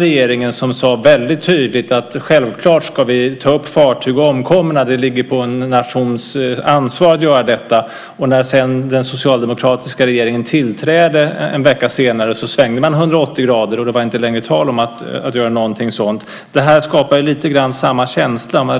regeringen som väldigt tydligt sade att det var självklart att vi skulle ta upp fartyg och omkomna och att det ligger på en nations ansvar att göra detta. När den socialdemokratiska regeringen sedan tillträdde en vecka senare svängde den 180 grader och det var inte längre tal om att göra någonting sådant. Det här skapar lite grann samma känsla.